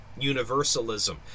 universalism